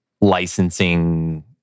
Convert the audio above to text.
licensing